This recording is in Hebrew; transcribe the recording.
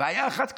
בעיה אחת קטנה,